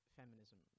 feminism